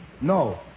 No